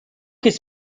his